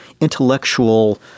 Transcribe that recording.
intellectual